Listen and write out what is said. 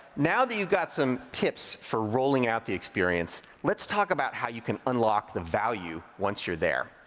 now that you got some tips for rolling out the experience, let's talk about how you can unlock the value once you're there.